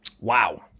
Wow